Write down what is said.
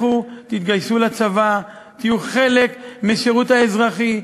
לכו תתגייסו לצבא, תהיו חלק מהשירות האזרחי?